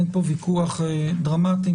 אין פה ויכוח דרמטי.